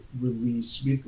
release